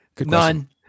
None